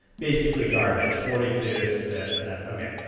basically garbage forty two, so seven okay.